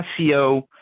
seo